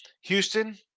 Houston